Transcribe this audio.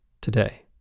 today